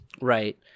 Right